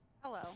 Hello